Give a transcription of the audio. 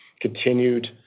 continued